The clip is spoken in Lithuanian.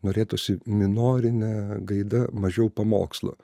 norėtųsi minorine gaida mažiau pamokslo